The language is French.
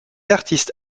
artiste